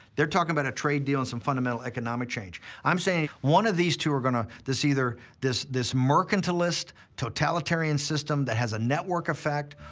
they're talking about a trade deal and some fundamental economic change. i'm saying, one of these two are going to. this, either, this, this mercantilist, totalitarian system that has a network effect,